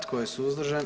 Tko je suzdržan?